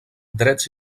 drets